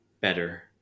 Better